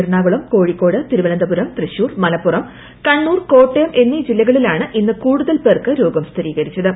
എറണാകുളം കോഴിക്കോട് തിരുവനന്തപുരം തൃശൂർ മലപ്പുറം കണ്ണൂർ കോട്ടയം എന്നീ ജില്ലകളിലാണ് ഇന്ന് കൂടുതൽ പേർക്ക് രോഗം സ്ഥിരീകരിച്ചത്